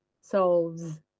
solves